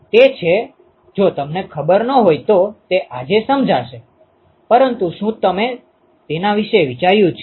તે છે જો તમને ખબર ન હોય તો તે આજે સમજાવશે પરંતુ શું તમે તેના વિશે વિચાર્યું છે